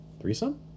threesome